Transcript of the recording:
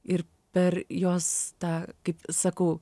ir per jos tą kaip sakau